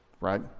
right